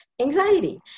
anxiety